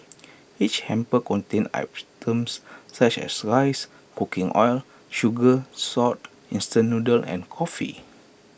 each hamper contained items such as rice cooking oil sugar salt instant noodles and coffee